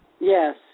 Yes